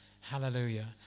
Hallelujah